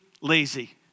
lazy